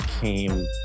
came